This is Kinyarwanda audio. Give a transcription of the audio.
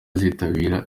azitabira